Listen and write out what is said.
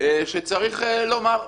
שצריך לומר: